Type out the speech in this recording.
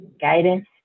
guidance